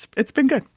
it's been good.